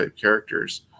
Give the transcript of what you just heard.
characters